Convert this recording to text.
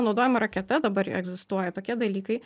naudojimo raketa dabar ji egzistuoja tokie dalykai